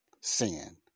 sin